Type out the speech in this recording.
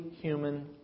human